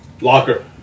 Locker